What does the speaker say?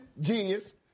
genius